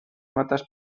notas